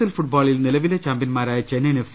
L ഫുട്ബോളിൽ നിലവിലെ ചാമ്പൃൻമാരായ ചെന്നൈ യിൻ എഫ്